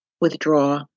withdraw